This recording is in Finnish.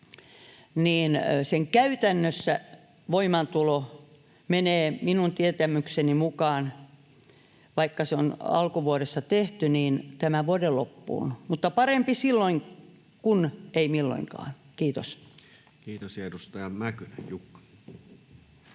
niin sen voimaantulo käytännössä menee minun tietämykseni mukaan — vaikka se on alkuvuodesta tehty — tämän vuoden loppuun. Mutta parempi silloin kuin ei milloinkaan. — Kiitos. [Speech 278]